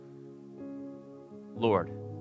Lord